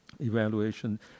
evaluation